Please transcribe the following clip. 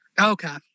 Okay